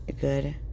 good